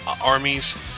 armies